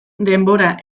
denbora